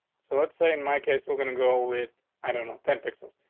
so let's say in my case, we're gonna go with i don't know, ten pixels.